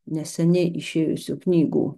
neseniai išėjusių knygų